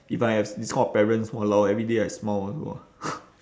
if I have this kind of parents !walao! every day I smile also ah